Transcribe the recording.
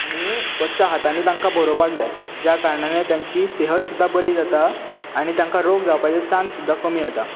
आनी स्वच्छ हातांनी तांकां भरोवपाक जाय ज्या कारणान तांची सेहत सुद्दां बरी जाता आनी तांकां रोग जावपाचो चान्स सुद्दां कमी आता